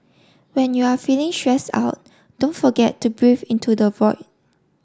when you are feeling shares our don't forget to breathe into the void